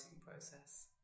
process